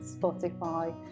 Spotify